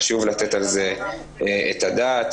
חשוב לתת על זה את הדעת.